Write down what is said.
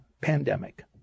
pandemic